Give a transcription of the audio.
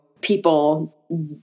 people